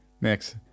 Next